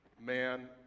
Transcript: Man